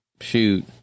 shoot